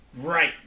Right